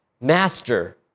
Master